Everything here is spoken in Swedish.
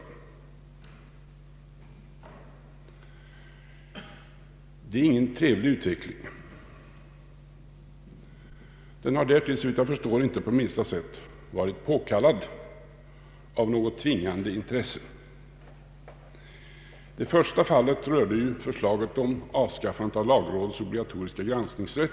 Detta är ingen trevlig utveckling. Den har därtill, såvitt jag förstår, inte på minsta sätt varit påkallad av några tvingande intressen. Det första fallet rörde förslaget om avskaffande av lagrådets obligatoriska granskningsrätt.